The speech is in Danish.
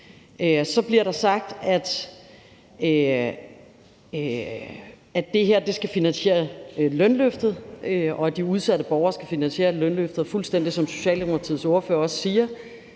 Så bliver der sagt, at det her skal finansiere lønløftet, og at de udsatte borgere skal finansiere lønløftet. Men det er, fuldstændig som Socialdemokratiets ordfører også siger,